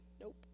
nope